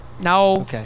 No